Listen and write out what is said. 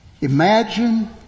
Imagine